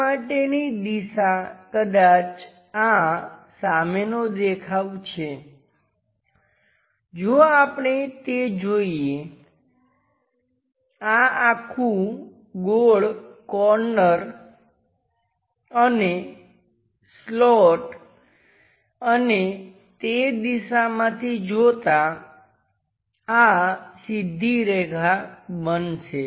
આ માટેની દિશા કદાચ આ સામેનો દેખાવ છે જો આપણે તે જોઈએ આ આખું ગોળ કોર્નર અને સ્લાંટ અને તે દિશામાંથી જોતાં આ સીધી રેખા બનશે